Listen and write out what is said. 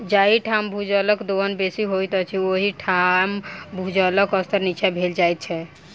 जाहि ठाम भूजलक दोहन बेसी होइत छै, ओहि ठाम भूजलक स्तर नीचाँ भेल जाइत छै